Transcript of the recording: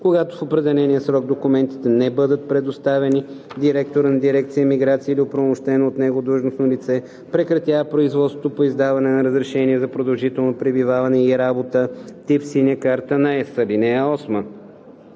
Когато в определения срок документите не бъдат представени, директорът на дирекция „Миграция“ или оправомощено от него длъжностно лице прекратява производството по издаване на разрешение за продължително пребиваване на лице, преместено при